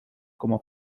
como